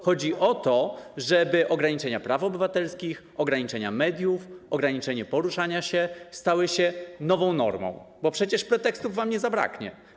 Chodzi o to, żeby ograniczenia praw obywatelskich, ograniczenia mediów, ograniczenia w poruszaniu się stały się nową normą, bo przecież pretekstów wam nie zabraknie.